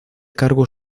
cargo